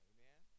Amen